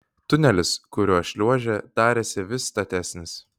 tunelis kuriuo šliuožė darėsi vis statesnis